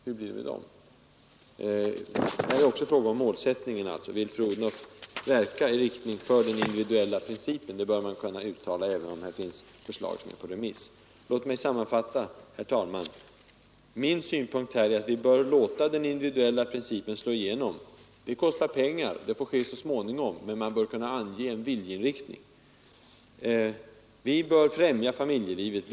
Här är det också fråga om målsättningen. Vill fru Odhnoff verka i riktning för den individuella principen? Det bör man kunna uttala även om här finns förslag som är ute på remiss. Låt mig sammanfatta, herr talman. Min synpunkt är att vi bör låta den individuella principen slå igenom. Det kostar pengar, det får ske så småningom, men man bör kunna ange en viljeinriktning. Vi bör främja familjelivet.